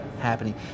happening